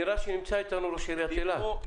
נראה שנמצא אתנו ראש עיריית אילת,